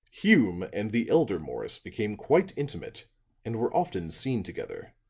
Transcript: hume and the elder morris became quite intimate and were often seen together.